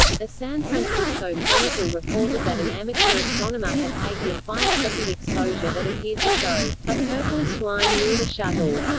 the san francisco chronicle reported that an amateur astronomer had taken a five-second exposure that appeared to show a purplish line near the shuttle,